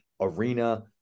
arena